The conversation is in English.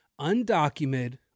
undocumented